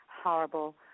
horrible